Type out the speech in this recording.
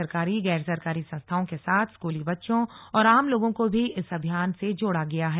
सरकारी गैर सरकारी संस्थाओं के साथ स्कूली बच्चों और आम लोगों को भी इस अभियान से जोड़ा गया है